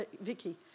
Vicky